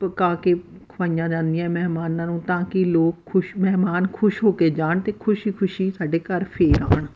ਪਕਾ ਕੇ ਖਵਾਈਆਂ ਜਾਂਦੀਆਂ ਮਹਿਮਾਨਾਂ ਨੂੰ ਤਾਂ ਕਿ ਲੋਕ ਖੁਸ਼ ਮਹਿਮਾਨ ਖੁਸ਼ ਹੋ ਕੇ ਜਾਣ ਅਤੇ ਖੁਸ਼ੀ ਖੁਸ਼ੀ ਸਾਡੇ ਘਰ ਫਿਰ ਆਉਣ